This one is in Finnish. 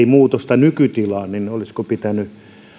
muutosta nykytilaan että olisiko pitänyt